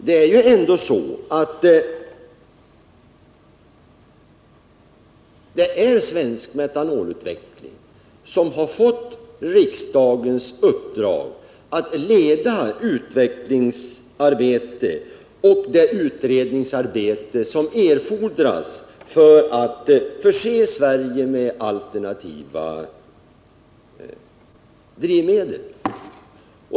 Det är ändå så att Svensk Metanolutveckling fått riksdagens uppdrag att leda det utredningsoch utvecklingsarbete som erfordras för att förse Sverige med detta alternativa drivmedel.